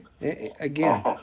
again